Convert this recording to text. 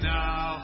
now